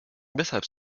weshalb